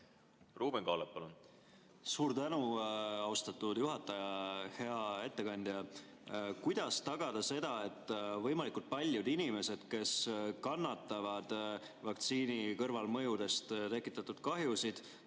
Ruuben Kaalep, palun! Suur tänu, austatud juhataja! Hea ettekandja! Kuidas tagada seda, et võimalikult paljud inimesed, kes kannatavad vaktsiini kõrvalmõjudest tekitatud kahjusid,